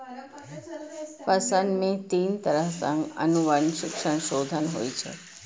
फसल मे तीन तरह सं आनुवंशिक संशोधन होइ छै